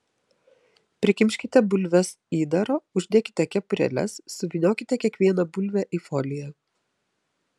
prikimškite bulves įdaro uždėkite kepurėles suvyniokite kiekvieną bulvę į foliją